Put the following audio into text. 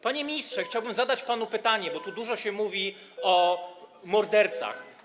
Panie ministrze, chciałbym zadać panu pytanie, bo tu dużo się mówi o mordercach.